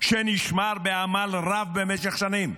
שנשמר בעמל רב במשך שנים.